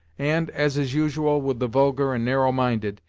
and, as is usual with the vulgar and narrow-minded,